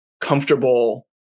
comfortable